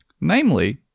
namely